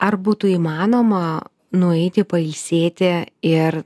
ar būtų įmanoma nueiti pailsėti ir